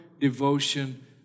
devotion